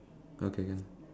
okay can